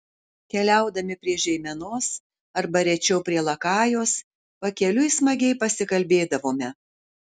keliaudami prie žeimenos arba rečiau prie lakajos pakeliui smagiai pasikalbėdavome